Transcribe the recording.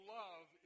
love